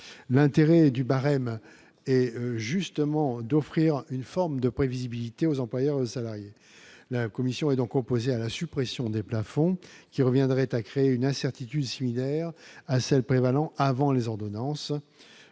l'intérêt du barème et justement d'offrir une forme de prévisibilité aux employeurs et salariés, la commission et donc opposés à la suppression des plafonds qui reviendrait à créer une incertitude similaire à celle prévalant avant les ordonnances,